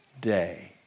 day